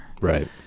Right